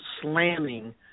slamming